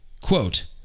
quote